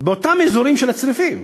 באותם אזורים של הצריפים,